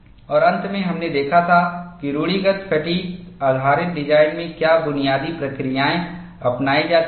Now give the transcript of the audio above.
और अंत में हमने देखा था कि रूढ़िगत फ़ैटिग् आधारित डिजाइन में क्या बुनियादी प्रक्रियाएं अपनाई जाती हैं